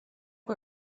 que